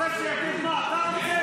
אתה רוצה שיגיד מה שאתה רוצה?